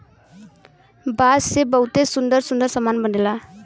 बांस से बहुते सुंदर सुंदर सामान बनला